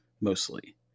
mostly